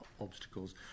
obstacles